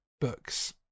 Books